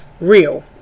real